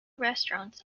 restaurants